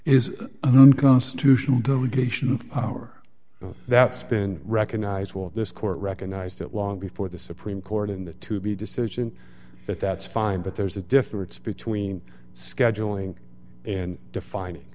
is unconstitutional deletion of power that's been recognized for this court recognized it long before the supreme court in the to be decision that that's fine but there's a difference between scheduling and defining